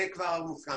זה כבר הוסכם